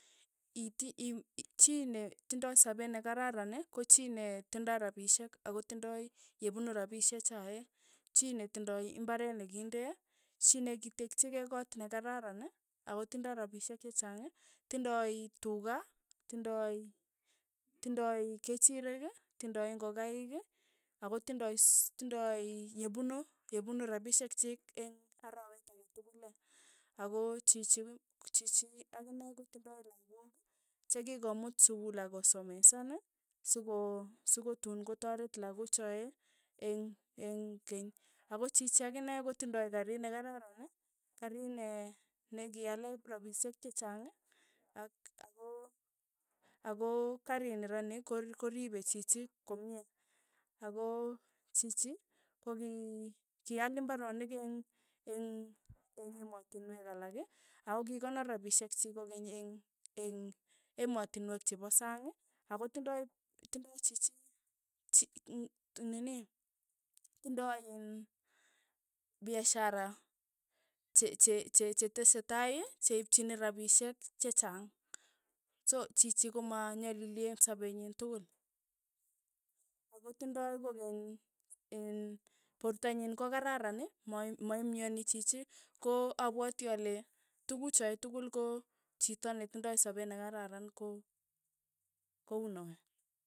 Iti im i chii netindoi sapeet nekararan, ko chi netindoi rapishek ako tindoi yepunu rapsishechoe, chii netindoi imbare ne kindee, chi nekitekchikei koot nekararan, ako tindoi rapishek che chang, tindoi tuka, tindioi tindoi kechirek, tindoi ingokaik, akotindai s, tindoi yepunu yepunu rapishek chik eng' arawet ake tukul ee, ako chichi ko chichi akine kotindoi lakok, chekikomuut sukuul akosomesan, soko sokotun kotaret lakochae eng' eng' keny, ako chichi akine kotindoi kari nekararan, karii ne nekiale rapishek chechang ak ako ako karini ra ni ko koripe chichi komie, ako chichi, koki kial imbaronik eng' eng' eng' emotinwek alak, ako kikonor rapishek chik kokeny eng' eng' emotinwek chepo sang. ako tindoi tindoi chichi ch nini tindoi in biashara che- che- chetesetai cheipchini rapishek chechang, so chichi ko manyalili eng' sapenyi tukul, akotindoi kokeny eng' porto nyi kokararan, ma maimyani chichi, ko apwati ale tukochoe tukul ko chito netindoi sapet ne kararan, ko kounoe.